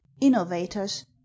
innovators